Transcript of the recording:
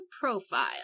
profile